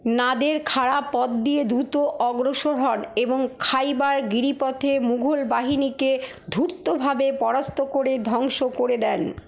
নাদের খাড়া পথ দিয়ে দ্রুত অগ্রসর হন এবং খাইবার গিরিপথে মুঘল বাহিনীকে ধূর্তভাবে পরাস্ত করে ধ্বংস করে দেন